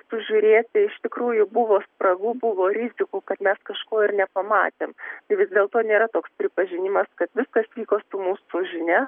sužiūrėti iš tikrųjų buvo spragų buvo rizikų kad mes kažko ir nepamatėm tai vis dėlto nėra toks pripažinimas kad viskas vyko su mūsų žinia